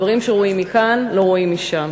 דברים שרואים מכאן לא רואים משם.